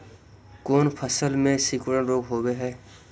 कोन फ़सल में सिकुड़न रोग होब है?